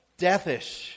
deathish